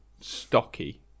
stocky